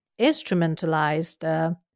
instrumentalized